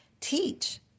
teach